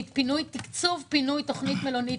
תקצוב פינוי תוכנית מלונית.